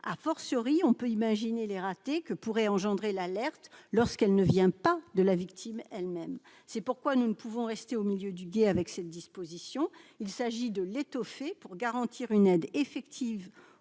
à fortiori, on peut imaginer les ratés que pourrait engendrer l'alerte lorsqu'elle ne vient pas de la victime elle-même, c'est pourquoi nous ne pouvons rester au milieu du gué avec cette disposition, il s'agit de l'étoffer pour garantir une aide effective